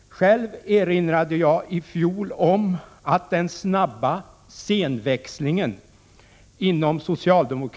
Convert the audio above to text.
Själv erinrade jag i fjol om att den snabba scenväxlingen inom socialdemo = Prot.